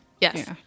yes